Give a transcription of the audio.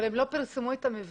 הם לא פרסמו את המבנים.